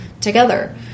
together